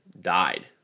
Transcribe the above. died